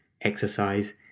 Exercise